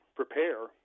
prepare